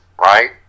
right